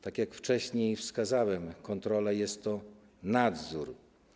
Tak jak wcześniej wskazałem, kontrola jest to nadzór.